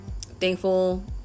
thankful